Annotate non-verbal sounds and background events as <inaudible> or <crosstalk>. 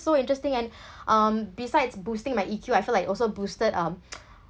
so interesting and <breath> um besides boosting my E_Q I feel like also boosted uh <noise>